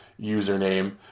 username